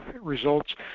results